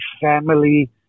family